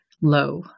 low